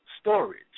storage